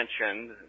mentioned